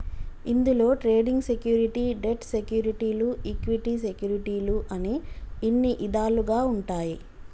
ఇందులో trading security, debt సెక్యూరిటీలు equity సెక్యూరిటీలు అని ఇన్ని ఇదాలుగా ఉంటాయి